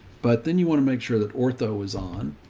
but then you want to make sure that ortho is on.